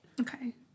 Okay